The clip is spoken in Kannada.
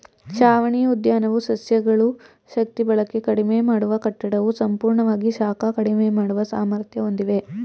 ಛಾವಣಿ ಉದ್ಯಾನವು ಸಸ್ಯಗಳು ಶಕ್ತಿಬಳಕೆ ಕಡಿಮೆ ಮಾಡುವ ಕಟ್ಟಡವು ಸಂಪೂರ್ಣವಾಗಿ ಶಾಖ ಕಡಿಮೆ ಮಾಡುವ ಸಾಮರ್ಥ್ಯ ಹೊಂದಿವೆ